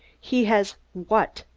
he has what?